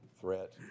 threat